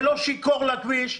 ולא שיכור לכביש,